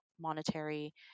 monetary